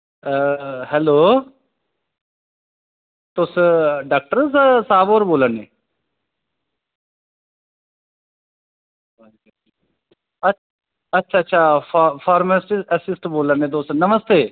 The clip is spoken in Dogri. हैल्लो तुस डाक्टर साह्व होर बोला ने अच्छा अच्छा फार्म्स्ट असिसटैंट बोला ने तुस नमस्ते